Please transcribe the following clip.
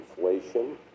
inflation